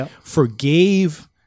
forgave